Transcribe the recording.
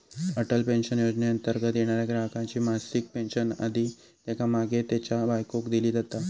Atal pension योजनेंतर्गत येणाऱ्या ग्राहकाची मासिक पेन्शन आधी त्येका मागे त्येच्या बायकोक दिली जाता